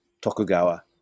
Tokugawa